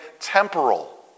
temporal